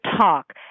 talk